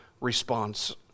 response